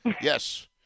Yes